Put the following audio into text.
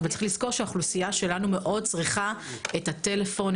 אבל צריך לזכור שהאוכלוסיה שלנו מאוד צריכה את הטלפון,